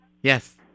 Yes